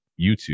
YouTube